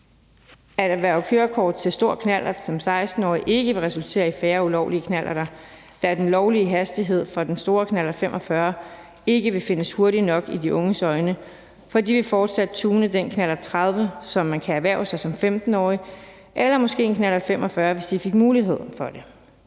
at erhverve kørekort til stor knallert som 16-årig ikke vil resultere i færre ulovlige knallerter, da den lovlige hastighed for den store knallert 45 ikke vil findes hurtig nok i de unges øjne, for de vil fortsat tune den knallert 30, som man kan erhverve sig som 15-årig, eller måske en knallert 45, hvis de fik mulighed for det.